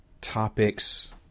topics